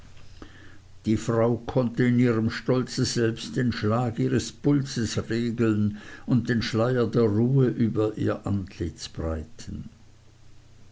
die frau konnte in ihrem stolze selbst den schlag ihres pulses regeln und den schleier der ruhe über ihr antlitz breiten